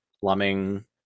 plumbing